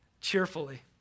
cheerfully